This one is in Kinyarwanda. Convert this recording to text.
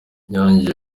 inyange